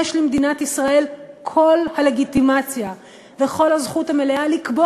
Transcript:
יש למדינת ישראל כל הלגיטימציה וכל הזכות המלאה לקבוע